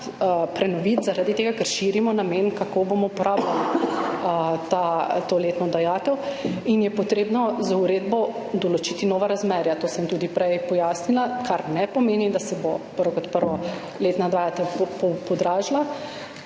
prenoviti zaradi tega, ker širimo namen, kako bomo uporabljali to letno dajatev in je treba z uredbo določiti nova razmerja, to sem tudi prej pojasnila, kar ne pomeni, da se bo prvo kot prvo letna dajatev podražila,